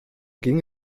ging